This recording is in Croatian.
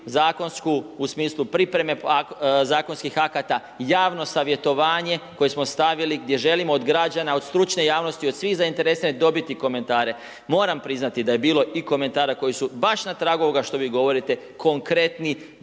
zakonsku u smislu pripreme zakonskih akata, javno savjetovanje koje smo stavili gdje želimo od građana, od stručne javnosti, od svih zainteresiranih dobiti komentare. Moram priznati da je bilo i komentara koji su baš na tragu ovoga što vi govorite, konkretni,